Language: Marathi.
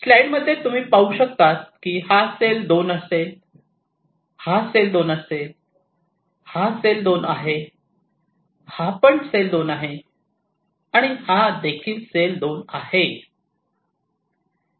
स्लाईड मध्ये तुम्ही पाहू शकतात की हा सेल २ असेल हा २ आहे हा २ आहे हा २ आहे आणि हा २ आहे